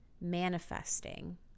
manifesting